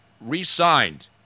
re-signed